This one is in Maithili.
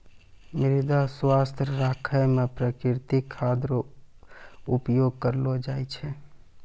मृदा स्वास्थ्य राखै मे प्रकृतिक खाद रो उपयोग करलो जाय छै